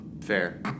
Fair